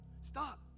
stop